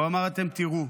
והוא אמר: אתם תראו.